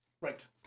Right